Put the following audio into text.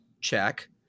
Check